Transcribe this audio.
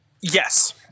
Yes